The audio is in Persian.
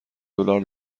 دلار